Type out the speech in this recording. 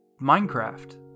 Minecraft